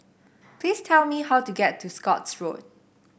please tell me how to get to Scotts Road